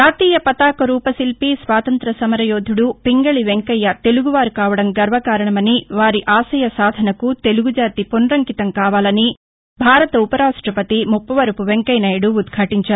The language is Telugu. జాతీయ పతాక రూప శిల్పి స్వాతంత్ర సమరయోధుడు పింగళి వెంకయ్య తెలుగువారు కావడం గర్వకారణమని వారి ఆశయ సాధనకు తెలుగుజాతి పునరంకితం కావాలని భారత ఉపరాష్టపతి ముప్పవరపు వెంకయ్య నాయుడు ఉద్భాటించారు